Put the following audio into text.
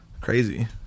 crazy